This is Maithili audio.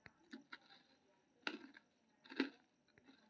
दुनिया भरि मे कॉफी के अनेक ब्रांड छै, जे अपन गुणवत्ताक कारण मशहूर छै